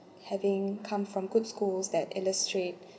having come from good schools that illustrate